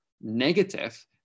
negative